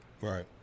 right